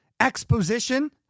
exposition